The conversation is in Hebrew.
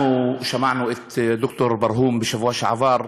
שמענו את ד"ר ברהום בשבוע שעבר,